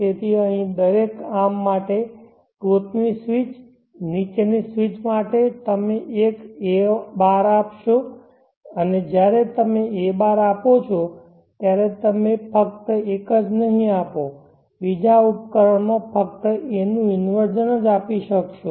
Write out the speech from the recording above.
તેથી અહીં દરેક આર્મ માટે ટોચની સ્વીચ અને નીચેની સ્વિચ માટે તમે એક a બાર આપશો અને જ્યારે તમે a બાર આપો છો ત્યારે તમે ફક્ત એક જ નહીં આપો બીજા ઉપકરણમાં ફક્ત a નું ઈન્વર્ઝન જ આપી શકશો